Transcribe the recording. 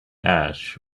ash